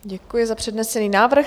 Děkuji za přednesený návrh.